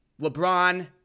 LeBron